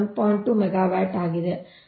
2 megawatt ಆಗಿದೆ